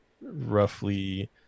roughly